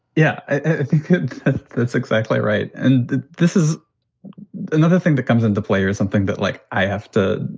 yeah, i think that's exactly right. and this is another thing that comes into play or something that, like, i have to